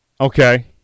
Okay